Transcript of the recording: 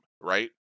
right